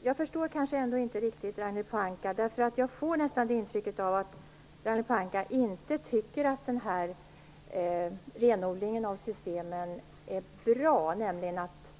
Herr talman! Jag förstår ändå inte riktigt Ragnhild Pohanka. Jag får nästan det intrycket att Ragnhild Pohanka inte tycker att det är bra med en renodling av systemen så att